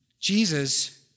Jesus